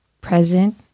present